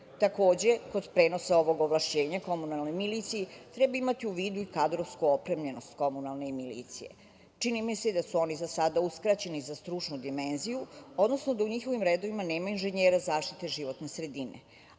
kod prenosa ovog ovlašćenja komunalnoj miliciji treba imati u vidu i kadrovsku opremljenost komunalne milicije. Čini mi se da su oni za sad uskraćeni za stručnu dimenziju, odnosno da u njihovim redovima nema inženjera zaštite životne sredine,